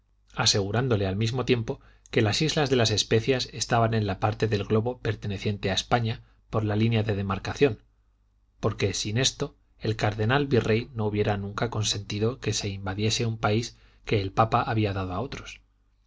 asegurándole al mismo tiempo que las islas de las especias estaban en la parte del globo perteneciente a españa por la línea de demarcación porque sin esto el cardenal virrey no hubiera nunca consentido que se invadiese un país que el papa había dado a otros